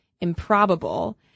improbable